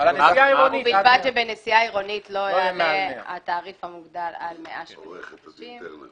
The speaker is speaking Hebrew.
"ובלבד שבנסיעה עירונית לא יעלה התעריף המוגדל על 100 שקלים חדשים."